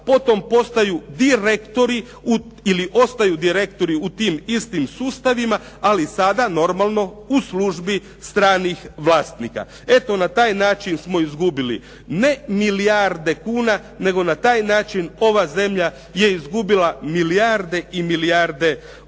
potom postaju direktori ili ostaju direktori u tim istim sustavima, ali sada normalno u službi stranih vlasnika. Eto na taj način smo izgubili ne milijarde kuna, nego na taj način ova zemlja je izgubila milijarde i milijarde eura.